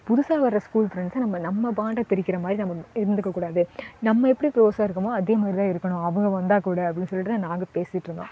புதுசாக வர்ற ஸ்கூல் ஃப்ரெண்ட்ஸை நம் நம்ம பாண்டை பிரிக்கிற மாதிரி நம்ம இருந்துக்கக் கூடாது நம்ம எப்படி க்ளோஸாக இருக்கோமோ அதே மாதிரி தான் இருக்கணும் அவங்க வந்தாக் கூட அப்படின்னு சொல்லிட்டு தான் நாங்கள் பேசிட்டுருந்தோம்